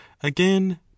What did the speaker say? again